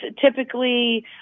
typically